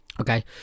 Okay